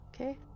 Okay